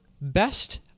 Best